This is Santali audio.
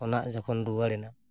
ᱚᱱᱟᱜ ᱡᱚᱠᱷᱚᱱ ᱨᱩᱣᱟᱹᱲ ᱮᱱᱟ